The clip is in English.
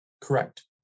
Correct